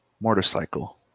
motorcycle